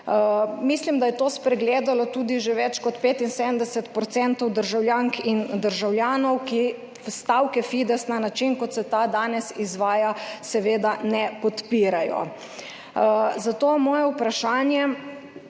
Mislim, da je to spregledalo tudi že več kot 75 % državljank in državljanov, ki stavke Fidesa na način, kot se ta danes izvaja, seveda ne podpirajo. Moje vprašanje